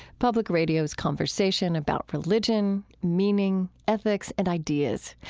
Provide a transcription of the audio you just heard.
public radio's conversation about religion, meaning, ethics, and ideas.